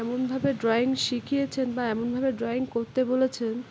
এমনভাবে ড্রয়িং শিখিয়েছেন বা এমনভাবে ড্রয়িং করতে বলেছেন